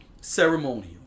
ceremonial